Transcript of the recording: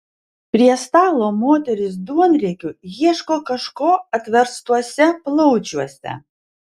prie stalo moterys duonriekiu ieško kažko atverstuose plaučiuose